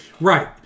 Right